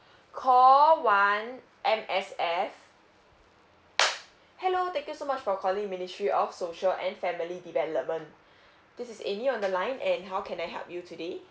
call one M_S_F hello thank you so much for calling ministry of social and family development this is amy on the line and how can I help you today